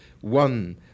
one